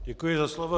Děkuji za slovo.